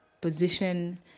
position